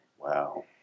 Wow